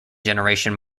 generation